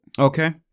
Okay